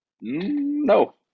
no